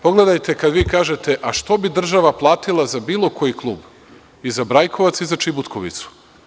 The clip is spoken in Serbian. Pogledajte kad vi kažete –a što bi država platila za bilo koji klub i za Brajkovac i za Čibutkovicu?